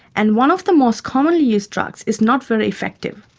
and one of the most commonly used drugs is not very effective.